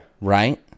right